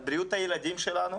על בריאות הילדים שלנו.